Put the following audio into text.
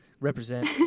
Represent